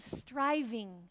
striving